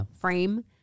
frame